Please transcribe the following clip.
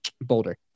boulder